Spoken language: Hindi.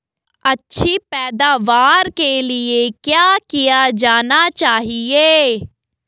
अच्छी पैदावार के लिए क्या किया जाना चाहिए?